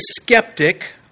skeptic